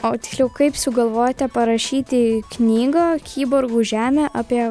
o tiksliau kaip sugalvojote parašyti knygą kiborgų žemė apie